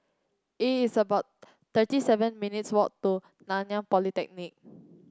it's about thirty seven minutes' walk to Nanyang Polytechnic